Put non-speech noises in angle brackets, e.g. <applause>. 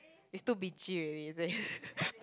it's too beachy already is it <laughs>